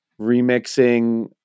remixing